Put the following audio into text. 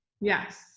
Yes